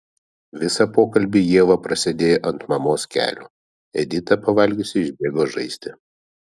visą pokalbį ieva prasėdėjo ant mamos kelių edita pavalgiusi išbėgo žaisti